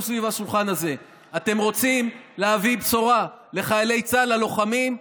סביב השולחן הזה: אתם רוצים להביא בשורה לחיילי צה"ל הלוחמים?